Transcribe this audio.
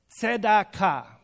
tzedakah